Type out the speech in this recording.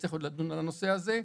נצטרך עוד לדון בנושא הזה.